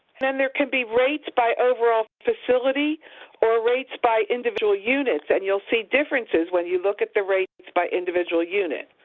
and then there could be rates by overall facility or rates by individual units, and you'll see differences when you look at the rates by individual unit.